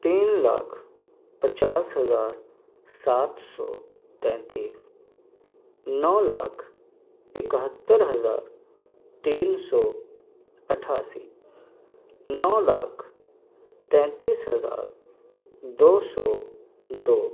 تین لاکھ پچاس ہزار سات سو تینتیس نو لاکھ اکہتر ہزار تین سو اٹھاسی نو لاکھ تینتیس ہزار دو سو دو